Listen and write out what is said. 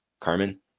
Carmen